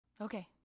Okay